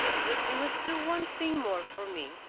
but you must do one thing more for me,